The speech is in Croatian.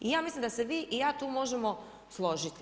I ja mislim da se vi i ja tu možemo složiti.